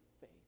faith